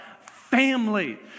family